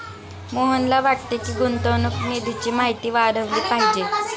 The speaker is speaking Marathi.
मोहनला वाटते की, गुंतवणूक निधीची माहिती वाढवली पाहिजे